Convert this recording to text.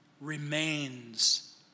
remains